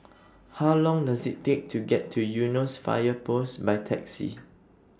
How Long Does IT Take to get to Eunos Fire Post By Taxi